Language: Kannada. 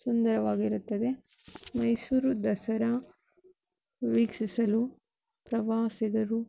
ಸುಂದರವಾಗಿರುತ್ತದೆ ಮೈಸೂರು ದಸರಾ ವೀಕ್ಷಿಸಲು ಪ್ರವಾಸಿಗರು